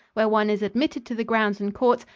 where one is admitted to the grounds and court,